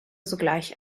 sogleich